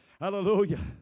Hallelujah